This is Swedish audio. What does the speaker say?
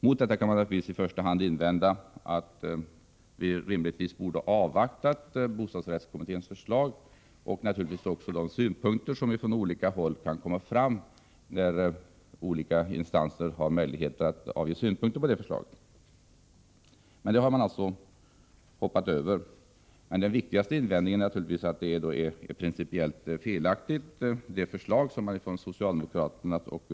Mot detta kan man i första hand invända att vi rimligtvis borde ha avvaktat bostadsrättskommitténs förslag och naturligtvis även de synpunker som från olika håll kan komma fram när olika instanser har möjlighet att avge synpunkter på förslaget. Det har man alltså inte gjort. Men den viktigaste invändningen är att det förslag som socialdemokraterna och vpk ställer sig bakom är principiellt felaktigt.